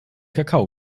kakao